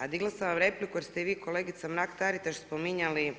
A digla sam vam repliku jer ste vi i kolegica Mrak Taritaš spominjali